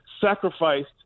sacrificed